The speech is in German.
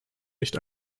nicht